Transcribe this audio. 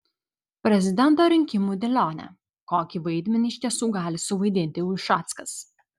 prezidento rinkimų dėlionė kokį vaidmenį iš tiesų gali suvaidinti ušackas